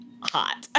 hot